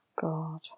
God